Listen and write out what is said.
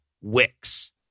Wix